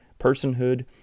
personhood